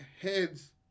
heads